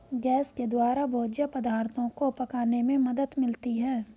gas के द्वारा भोज्य पदार्थो को पकाने में मदद मिलती है